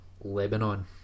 Lebanon